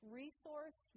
resource